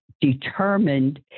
determined